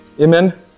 Amen